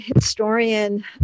historian